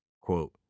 Quote